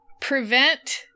Prevent